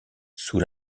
sous